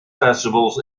festivals